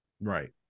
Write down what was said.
right